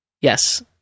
Yes